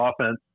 offense